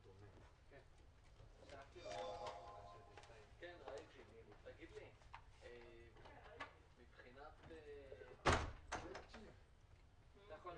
ננעלה בשעה 11:30.